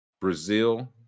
Brazil